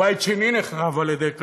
ובית שני נחרב על-ידי קנאים,